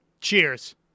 Cheers